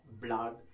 blog